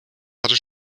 hatte